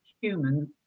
humans